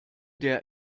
der